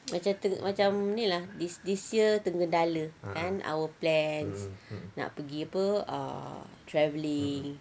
macam macam ni lah this this year tergendala kan our plans nak pergi apa ah travelling